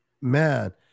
man